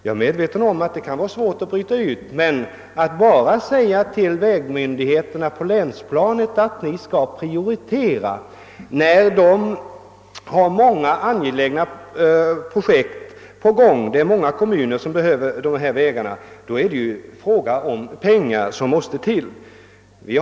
Jag är medveten om att det kan vara svårt att bryta ut vissa vägar, men att bara säga till vägmyndigheterna på länsplanet att de skall prioritera när de har många angelägna projekt — det är många kommuner som behöver ifrågavarande vägar — räcker inte, ty det är pengar som måste till.